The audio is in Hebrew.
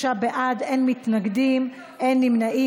43 בעד, אין מתנגדים, אין נמנעים.